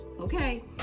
okay